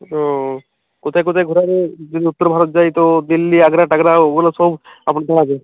ও কোথায় কোথায় ঘোরাবেন যদি উত্তর ভারত যাই তো দিল্লি আগ্রা টাগ্রা ওগুলো সব আপনারা ঘোরাবেন